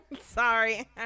Sorry